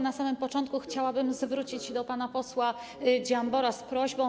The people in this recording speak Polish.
Na samym początku chciałabym zwrócić się do pana posła Dziambora z prośbą.